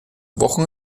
wochen